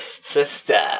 Sister